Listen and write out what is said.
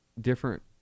different